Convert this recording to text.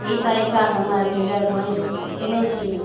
एहि तरीका सँ हमरा आरके गाय भैंस किनै छियै